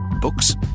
Books